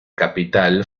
capital